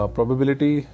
Probability